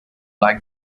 like